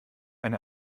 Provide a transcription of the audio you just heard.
eine